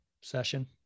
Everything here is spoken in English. session